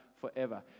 forever